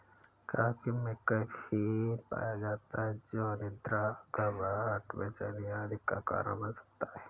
coffee में caffeine पाया जाता है जो अनिद्रा, घबराहट, बेचैनी आदि का कारण बन सकता है